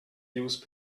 use